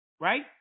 right